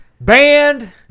Banned